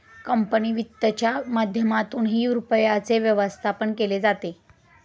company वित्तच्या माध्यमातूनही रुपयाचे व्यवस्थापन केले जाते